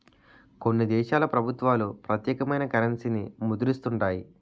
కొన్ని దేశాల ప్రభుత్వాలు ప్రత్యేకమైన కరెన్సీని ముద్రిస్తుంటాయి